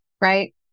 right